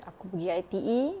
aku pergi I_T_E